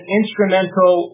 instrumental